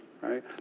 right